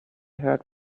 heard